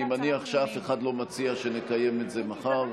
אני מניח שאף אחד לא מציע שנקיים את זה מחר,